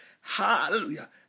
Hallelujah